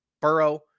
Burrow